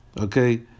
Okay